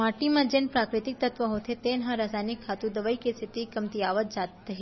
माटी म जेन प्राकृतिक तत्व होथे तेन ह रसायनिक खातू, दवई के सेती कमतियावत जात हे